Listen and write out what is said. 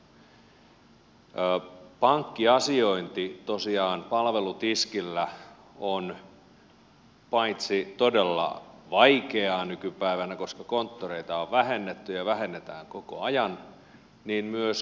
pankkiasiointi palvelutiskillä on tosiaan nykypäivänä paitsi todella vaikeaa koska konttoreita on vähennetty ja vähennetään koko ajan myös kallista